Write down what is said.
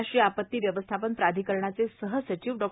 राष्ट्रीय आपती व्यवस्थापन प्राधिकरणाचे सहसचिव डॉ